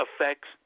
affects